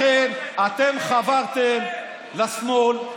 לכן אתם חברתם לשמאל.